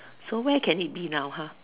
so where can it be now ha